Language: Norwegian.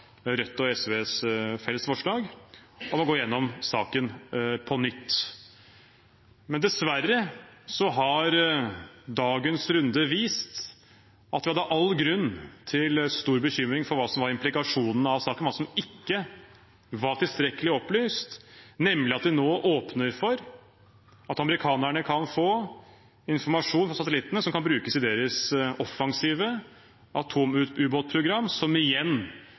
Rødt og SV om å gå igjennom saken på nytt. Men dessverre har dagens runde vist at vi hadde all grunn til å ha stor bekymring for hva som var implikasjonene av saken, og hva som ikke var tilstrekkelig opplyst, nemlig at vi nå åpner for at amerikanerne kan få informasjon fra satellittene som kan brukes i deres offensive atomubåtprogram, som igjen